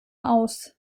aus